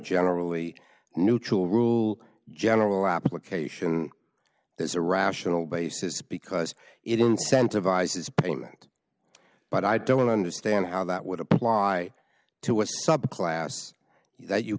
generally neutral rule general application there's a rational basis because it incentivizes payment but i don't understand how that would apply to a subclass that you